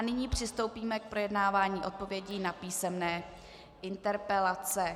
Nyní přistoupíme k projednávání odpovědí na písemné interpelace.